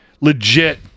legit